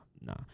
nah